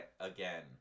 again